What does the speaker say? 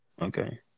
Okay